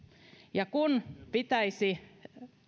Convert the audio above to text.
ja kun pitäisi